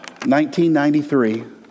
1993